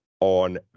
on